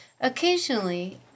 Occasionally